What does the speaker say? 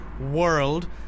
world